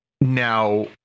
Now